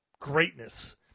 greatness